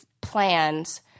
plans